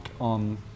on